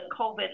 COVID